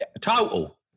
Total